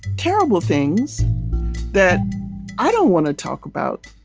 terrible things that i don't want to talk about.